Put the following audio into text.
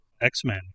X-Men